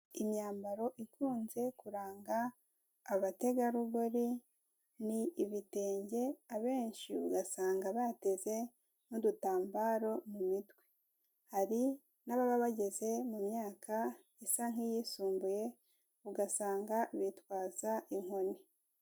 Imyambaro ikunze kuranga abategarugori ni ibitenge, abenshi ugasanga bateze n'udutambaro mu mitwe, hari n'ababa bageze mu myaka isa nk'iyisumbuye, ugasanga bitwaza inkoni.